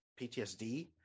PTSD